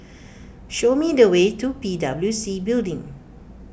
show me the way to P W C Building